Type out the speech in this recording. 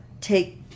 take